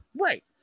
Right